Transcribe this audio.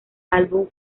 álbum